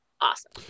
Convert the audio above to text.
awesome